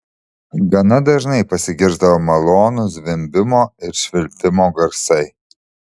gana dažnai pasigirsdavo malonūs zvimbimo ir švilpimo garsai